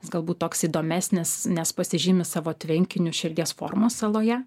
jis galbūt toks įdomesnis nes pasižymi savo tvenkiniu širdies formos saloje